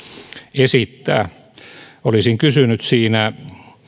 esittää olisin kysynyt siinä